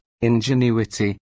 ingenuity